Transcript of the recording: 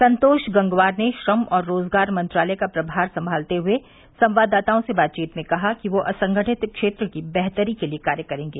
संतोष गंगवार ने श्रम और रोजगार मंत्रालय का प्रभार संभालते हुए संवाददाताओं से बातचीत में कहा कि वे असंगठित क्षेत्र की बेहतरी के लिए कार्य करेंगे